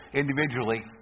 individually